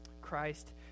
Christ